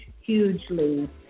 hugely